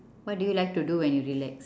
what do you like to do when you relax